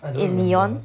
I don't remember